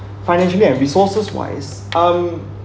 financially and resources wise um